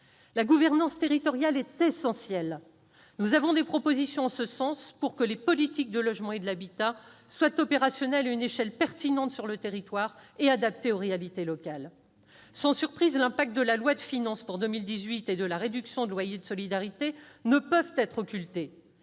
La gouvernance territoriale est essentielle. Nous défendrons des propositions en ce sens, pour que les politiques du logement et de l'habitat soient opérationnelles à une échelle pertinente sur le territoire et adaptées aux réalités locales. Sans surprise, l'impact de la loi de finances pour 2018 et de la réduction de loyer de solidarité ne peut être occulté.